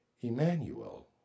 Emmanuel